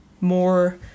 more